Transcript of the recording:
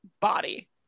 body